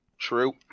true